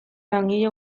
langile